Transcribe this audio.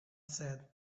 said